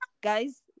guys